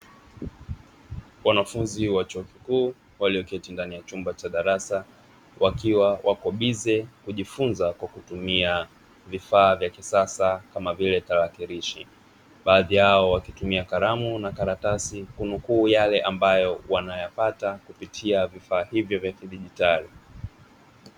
Wanafunzi wa chuo kikuu walioketi ndani ya darasa, wakiwa wapo bize kujifunza kwa kutumia vifaa vya kisasa, kama vile tanakilishi baadhi yao wakitumia kalamu na karatasi kunukuu yale ambayo wanayapata kupitia vifaa hivyo vya kijidigitali.